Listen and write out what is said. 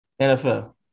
NFL